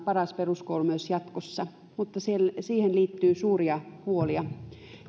paras peruskoulu myös jatkossa mutta siihen liittyy suuria huolia